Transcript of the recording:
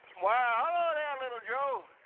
why, hello there, little joe.